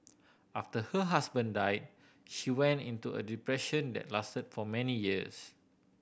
after her husband died she went into a depression that lasted for many years